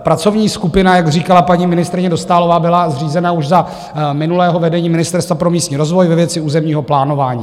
Pracovní skupina, jak říkala paní ministryně Dostálová, byla zřízena už za minulého vedení Ministerstva pro místní rozvoj ve věci územního plánování.